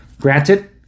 Granted